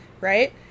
right